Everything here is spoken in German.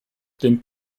den